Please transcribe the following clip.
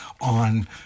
on